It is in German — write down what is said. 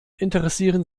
interessieren